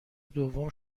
دوم